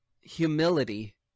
Humility